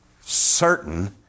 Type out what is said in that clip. certain